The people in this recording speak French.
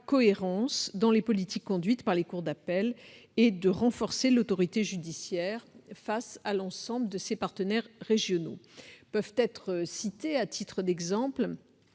cohérence dans les politiques conduites par les cours d'appel et de renforcer l'autorité judiciaire face à l'ensemble de ses partenaires régionaux. Peuvent être citées, à titre d'exemple,